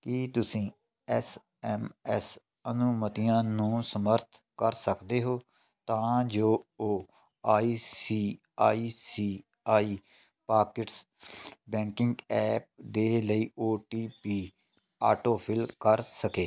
ਕੀ ਤੁਸੀਂਂ S M S ਅਨੁਮਤੀਆਂ ਨੂੰ ਸਮਰੱਥ ਕਰ ਸਕਦੇ ਹੋ ਤਾਂ ਜੋ ਉਹ I C I C I pockets banking app ਦੇ ਲਈ O T P auto fill ਕਰ ਸਕੇ